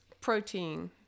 protein